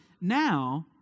now